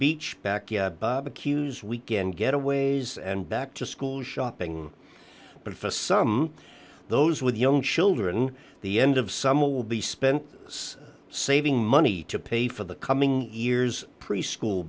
beach backyard barbecues weekend getaways and back to school shopping but if a sum those with young children the end of summer will be spent saving money to pay for the coming years preschool